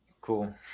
Cool